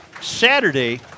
Saturday